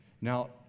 Now